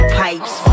pipes